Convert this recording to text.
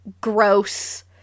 gross